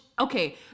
okay